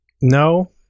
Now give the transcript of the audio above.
No